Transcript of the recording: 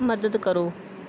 ਮਦਦ ਕਰੋ